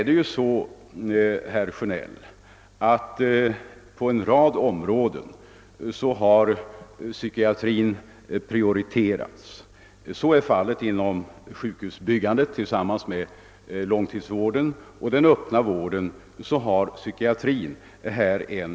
Det förhåller sig så, herr Sjönell, att psykiatrin har prioriterats på flera områden, exempelvis inom sjukvårdsbyggandet där vidare långtidsvården och den öppna vården fått förtur.